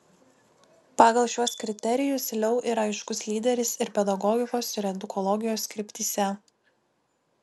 pagal šiuos kriterijus leu yra aiškus lyderis ir pedagogikos ir edukologijos kryptyse